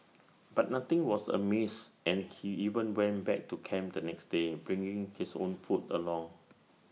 but nothing was amiss and he even went back to camp the next day bringing his own food along